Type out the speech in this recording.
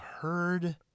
heard